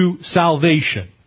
salvation